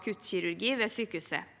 akuttkirurgi ved sykehuset.